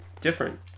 different